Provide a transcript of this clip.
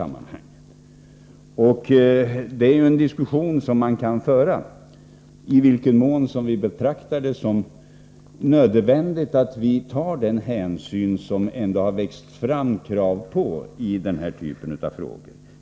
Man kan naturligtvis diskutera i vilken mån vi betraktar det som nödvändigt att ta den hänsyn som det har växt fram krav på i denna fråga.